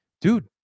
dude